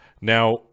Now